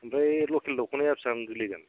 ओमफ्राय लकेल दख'नाया बेसेबां गोग्लैगोन